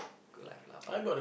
good life lah but